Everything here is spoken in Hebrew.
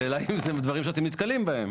השאלה היא זה דברים שאתם נתקלים בהם.